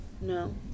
No